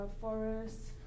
forests